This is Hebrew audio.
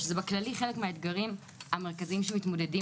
באופן כללי זה חלק מהאתגרים המרכזיים שמתמודדים